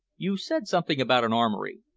you said something about an armory.